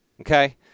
Okay